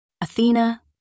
Athena